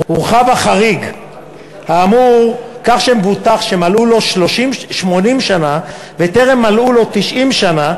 הורחב החריג האמור כך שמבוטח שמלאו לו 80 שנה וטרם מלאו לו 90 שנה,